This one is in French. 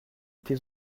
tes